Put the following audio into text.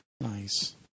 Nice